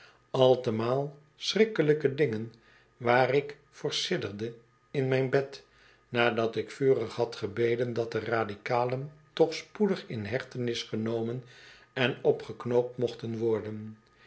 altemaal schrikkelijke dingen waar ik voor sidderde in mijn bed nadat ik vurig had gebeden dat de radicalen toch spoedig in hechtenis genomen en opgeknoopt mochten worden